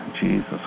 Jesus